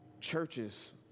Churches